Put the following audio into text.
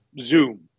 Zoom